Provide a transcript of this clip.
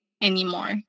anymore